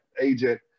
agent